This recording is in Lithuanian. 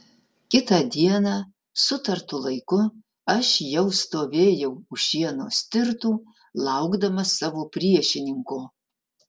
kitą dieną sutartu laiku aš jau stovėjau už šieno stirtų laukdamas savo priešininko